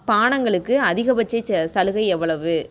பானங்களுக்கு அதிகபட்ச ச சலுகை எவ்வளவு